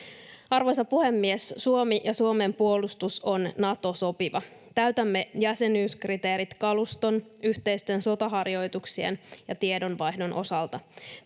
Arvoisa puhemies! Suomi ja Suomen puolustus ovat Nato-sopivia. Täytämme jäsenyyskriteerit kaluston, yhteisten sotaharjoituksien ja tiedonvaihdon osalta.